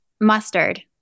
Mustard